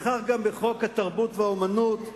וכך גם בחוק התרבות והאמנות,